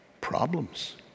problems